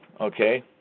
Okay